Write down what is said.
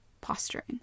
posturing